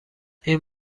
این